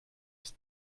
ist